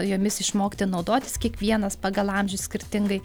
jomis išmokti naudotis kiekvienas pagal amžių skirtingai